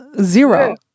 Zero